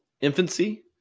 infancy